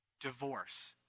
divorce